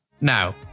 Now